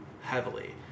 heavily